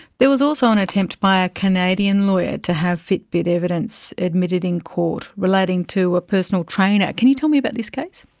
there was also an attempt by a canadian lawyer to have fitbit evidence admitted in court relating to a personal trainer. can you tell me about this case?